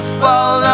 fall